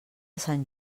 sant